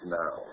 now